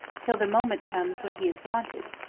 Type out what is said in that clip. till the moment comes when he is wanted,